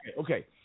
okay